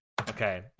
Okay